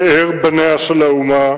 פאר בניה של האומה,